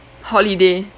holiday